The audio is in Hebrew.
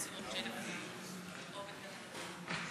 קבוצת סיעת הרשימה המשותפת וקבוצת סיעת מרצ לסעיף 13 לא נתקבלה.